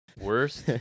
Worst